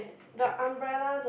check